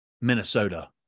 Minnesota